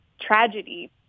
tragedy